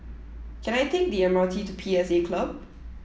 can I take the M R T to P S A Club